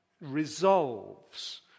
resolves